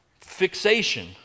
fixation